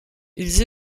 ils